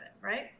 right